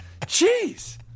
Jeez